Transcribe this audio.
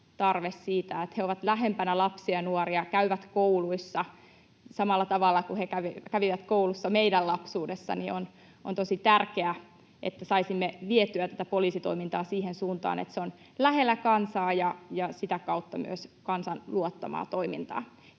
että he ovat lähempänä lapsia ja nuoria, käyvät kouluissa samalla tavalla kuin he kävivät koulussa meidän lapsuudessa, on tosi tärkeä, jotta saisimme vietyä tätä poliisitoimintaa siihen suuntaan, että se on lähellä kansaa ja sitä kautta myös kansan luottamaa toimintaa.